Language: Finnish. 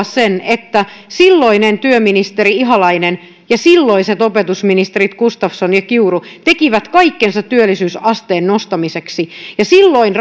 sen että silloinen työministeri ihalainen ja silloiset opetusministerit gustafsson ja kiuru tekivät kaikkensa työllisyysasteen nostamiseksi ja silloin